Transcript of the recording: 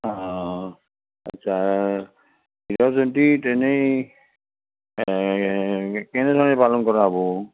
অঁ আচ্ছা হীৰক জয়ন্তী ইনেই কেনেধৰণে পালন কৰা হ'ব